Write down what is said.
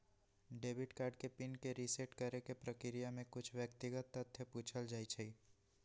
debit card के pin के reset करेके प्रक्रिया में कुछ व्यक्तिगत तथ्य पूछल जाइ छइ